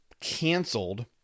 canceled